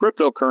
cryptocurrency